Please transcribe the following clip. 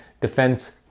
defense